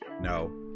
No